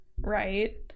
right